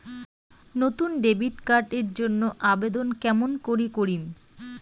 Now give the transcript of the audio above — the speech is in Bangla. নতুন ডেবিট কার্ড এর জন্যে আবেদন কেমন করি করিম?